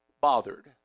bothered